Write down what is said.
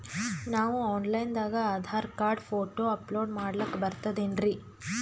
ನಾವು online ದಾಗ Aadhaar card, photo upload ಮಾಡ್ಲಕ ಬರ್ತದೇನ್ರಿ?